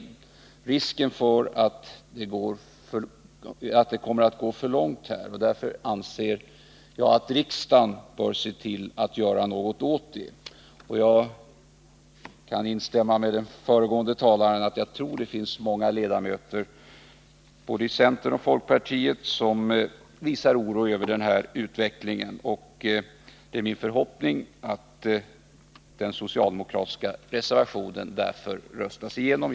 Risken är att det hela går för långt, och därför anser jag att riksdagen bör göra något. Jag kan instämma med föregående talare i att jag tror det finns många ledamöter i både centern och folkpartiet som känner oro över den här utvecklingen. Det är min förhoppning att den socialdemokratiska reservationen därför kommer att röstas igenom.